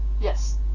Yes